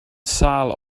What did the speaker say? sâl